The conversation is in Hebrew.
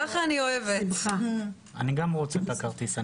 גם אני רוצה את הכרטיס.